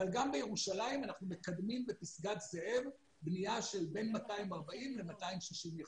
אבל גם בירושלים אנחנו מקדמים בפסגת זאב בנייה של בין 240 ל-260 יחידות.